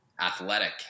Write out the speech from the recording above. athletic